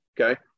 Okay